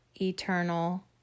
eternal